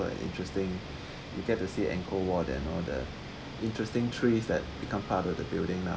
interesting you get to see ankor wat then all the interesting trees that become part of the building now